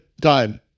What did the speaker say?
time